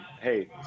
hey